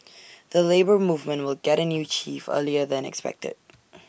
the Labour Movement will get A new chief earlier than expected